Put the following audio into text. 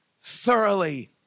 thoroughly